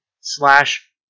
slash